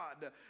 God